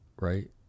right